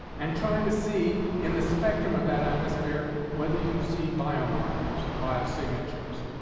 and trying to see in the spectrum of that atmosphere whether you see biomarkers or biosignatures,